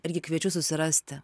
irgi kviečiu susirasti